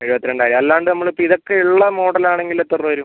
എഴുപത്രണ്ടായിരം അല്ലാണ്ട് നമ്മൾ ഇപ്പം ഇതൊക്കെ ഉള്ള മോഡൽ ആണെങ്കിൽ എത്ര രൂപ വരും